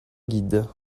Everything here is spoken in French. guide